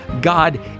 God